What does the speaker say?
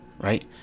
right